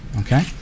Okay